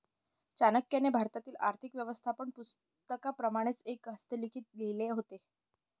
चाणक्याने भारतातील आर्थिक व्यवस्थापन पुस्तकाप्रमाणेच एक हस्तलिखित लिहिले होते